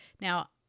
Now